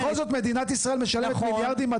בכל זאת, מדינת ישראל משלמת מיליארדים.